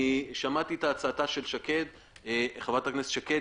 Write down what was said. אני שמעתי את הצעתה של חברת הכנסת שקד.